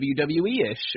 WWE-ish